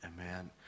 Amen